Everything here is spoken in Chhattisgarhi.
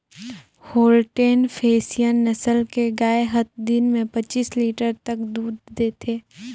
होल्टेन फेसियन नसल के गाय हत दिन में पच्चीस लीटर तक दूद देथे